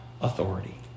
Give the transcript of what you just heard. authority